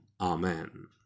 Amen